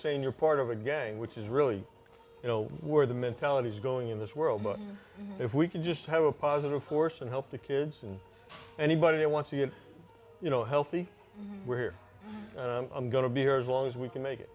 saying you're part of a gang which is really you know where the mentality is going in this world but if we can just have a positive force and help the kids and anybody who wants to you know healthy where i'm going to be there as long as we can make it